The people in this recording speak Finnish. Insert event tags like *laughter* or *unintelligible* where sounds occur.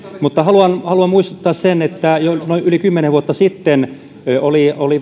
haluan muistuttaa että jo noin yli kymmenen vuotta sitten oli oli *unintelligible*